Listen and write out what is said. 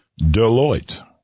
Deloitte